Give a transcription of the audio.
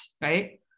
right